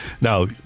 Now